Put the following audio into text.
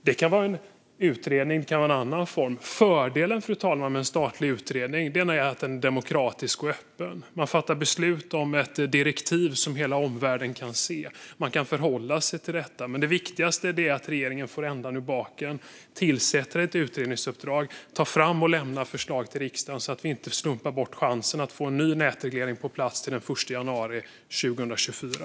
Det kan vara en utredning eller i annan form. Fördelen med en statlig utredning är att den är demokratisk och öppen. Man fattar beslut om ett direktiv som hela omvärlden kan se och förhålla sig till. Men det viktigaste är att regeringen får ändan ur vagnen, tillsätter en utredning och tar fram och lämnar förslag till riksdagen så att vi inte slarvar bort chansen att få en ny nätreglering på plats till den 1 januari 2024.